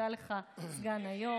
גם ממנו וגם בכלל.